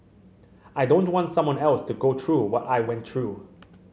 I don't want someone else to go through what I went through